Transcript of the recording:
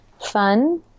Fun